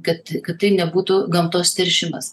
kad kad tai nebūtų gamtos teršimas